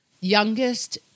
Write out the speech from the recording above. youngest